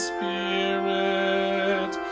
Spirit